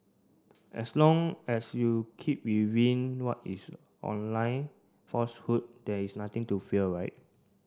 as long as you keep within what is online falsehood there is nothing to fear right